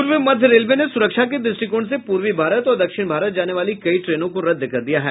पूर्व मध्य रेलवे ने सुरक्षा के द्रष्टिकोण से पूर्वी भारत और दक्षिण भारत जाने वाली कई ट्रेनों को रद्द कर दिया है